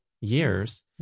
years